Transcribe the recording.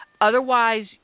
Otherwise